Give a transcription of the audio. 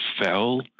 fell